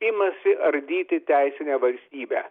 imasi ardyti teisinę valstybę